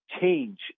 change